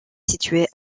situé